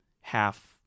half